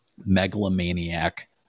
megalomaniac